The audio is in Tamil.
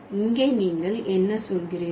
இங்கே நீங்கள் என்ன சொல்கிறீர்கள்